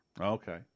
Okay